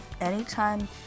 Anytime